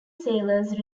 sailors